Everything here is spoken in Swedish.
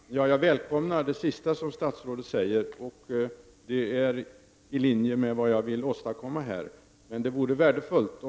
Fru talman! Jag välkomnar det sista som statsrådet sade. Det är i linje med vad jag vill åstadkomma.